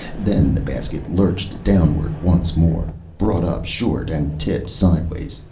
then the basket lurched downward once more, brought up short, and tipped sidewise,